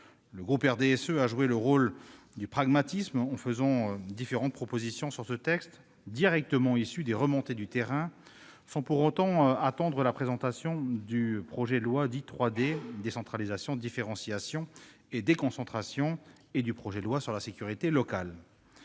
Le groupe du RDSE a joué le jeu du pragmatisme en formulant différentes propositions sur ce texte, directement issues de remontées de terrain, sans pour autant attendre la présentation du projet loi dit « 3D »- décentralisation, différenciation et déconcentration -et du projet de loi sur la sécurité locale.